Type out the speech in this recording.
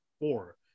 Four